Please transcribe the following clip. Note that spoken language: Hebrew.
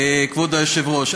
כבוד היושב-ראש.